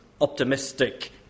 optimistic